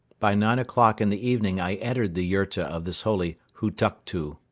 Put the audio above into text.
by nine o'clock in the evening i entered the yurta of this holy hutuktu.